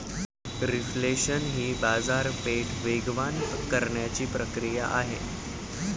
reflation ही बाजारपेठ वेगवान करण्याची प्रक्रिया आहे